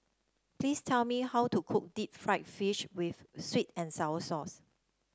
please tell me how to cook Deep Fried Fish with sweet and sour sauce